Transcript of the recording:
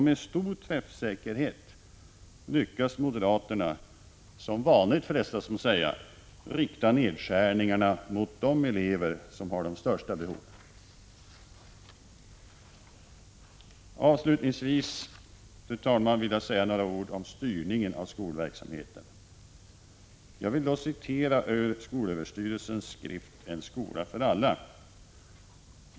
Med stor träffsäkerhet lyckas moderaterna, som vanligt frestas man att säga, rikta nedskärningarna mot de elever som har de största behoven. Avslutningsvis, fru talman, vill jag säga några ord om styrningen av skolans verksamhet. Jag vill då läsa ur skolöverstyrelsens skrift En skola för alla.